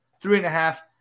three-and-a-half